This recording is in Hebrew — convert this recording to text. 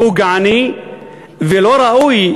פוגעני ולא ראוי,